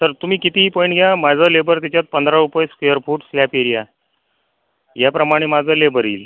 sir तुमी कितीही point घ्या माझं लेबर त्याच्यात पंधरा रुपये स्क्वेअर फूट स्लॅप एरिया याप्रमाणे माझं लेबर येईल